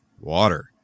water